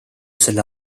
selle